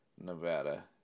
Nevada